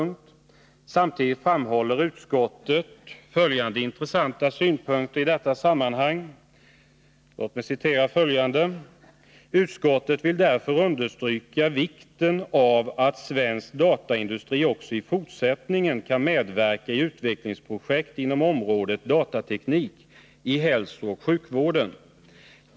Samtidigt framhåller utskottet följande intressanta synpunkter i detta sammanhang: ”Utskottet vill därför understryka vikten av att svensk dataindustri också i fortsättningen kan medverka i utvecklingsprojekt inom området datateknik i hälsooch sjukvården.